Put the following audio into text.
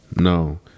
no